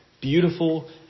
beautiful